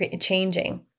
changing